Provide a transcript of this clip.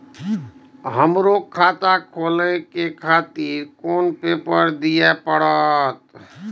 हमरो खाता खोले के खातिर कोन पेपर दीये परतें?